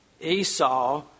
Esau